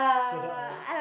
to the hour